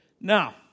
Now